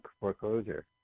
foreclosure